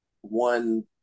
one